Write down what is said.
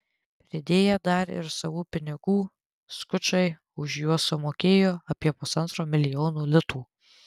pridėję dar ir savų pinigų skučai už juos sumokėjo apie pusantro milijono litų